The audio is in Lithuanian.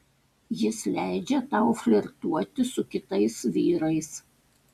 jis leidžia tau flirtuoti su kitais vyrais